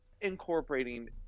incorporating